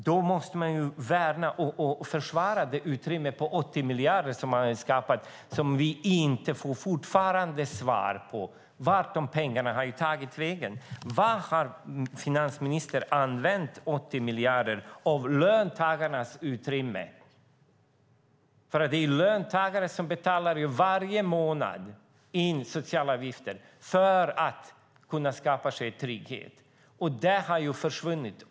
Då måste han, fru talman, ge svar här i talarstolen på vart de pengarna har tagit vägen. Det har vi fortfarande inte fått svar på. Till vad har finansministern använt 80 miljarder av löntagarnas utrymme? Det är ju löntagarna som varje månad betalar in sociala avgifter för att skapa sig trygghet.